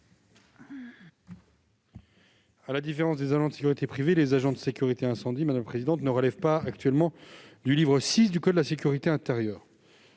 À la différence des agents de sécurité privée, les agents de sécurité incendie ne relèvent pas, actuellement, du livre VI du code de la sécurité intérieure.